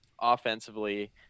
Offensively